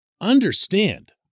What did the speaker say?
Understand